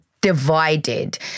divided